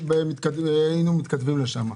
היינו מתכתבים לשם.